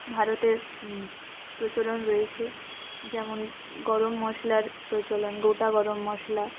ভারতের প্রচলন রয়েছে যেমন গরম মশলার প্রচলন গোটা গরম মশলা